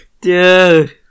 Dude